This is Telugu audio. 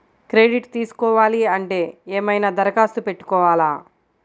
క్రెడిట్ తీసుకోవాలి అంటే ఏమైనా దరఖాస్తు పెట్టుకోవాలా?